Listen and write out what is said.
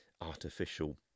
artificial